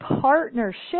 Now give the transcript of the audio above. partnership